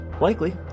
likely